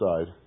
side